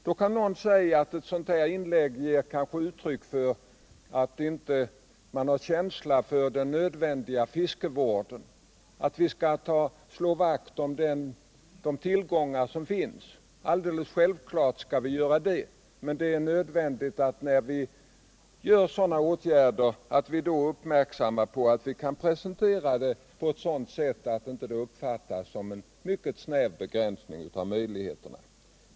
Någon kanske vill invända att tal om ctt fritt fiske ger uttryck för att man inte har känsla för den nödvändiga fiskevården, och att vi skall slå vakt om de tillgångar som finns. Alldeles självklart skall vi göra det. Men när vi vidtar sådana åtgärder är det nödvändigt att se till att de presenteras på ett sådant sätt att de inte uppfattas som en mycket snäv begränsning av fiskemöjligheterna.